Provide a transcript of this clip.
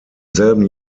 selben